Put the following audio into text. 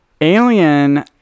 Alien